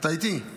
אתה איתי,